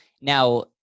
Now